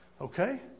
Okay